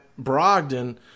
Brogdon